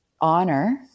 honor